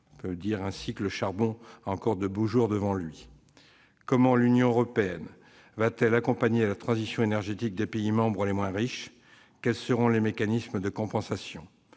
butoir. Le charbon a encore de beaux jours devant lui ! Comment l'Union européenne accompagnera-t-elle la transition énergétique des pays membres les moins riches ? Quels seront les mécanismes de compensation ?